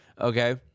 Okay